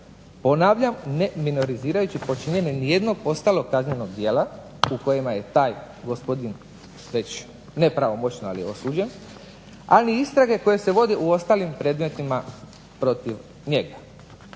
ponavljam ne minorizirajući počinjenje nijednog ostalog kaznenog djela u kojima je taj gospodin već nepravomoćno ali osuđen, ali istrage koje se vode u ostalim predmetima protiv njega.